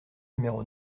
numéro